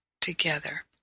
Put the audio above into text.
together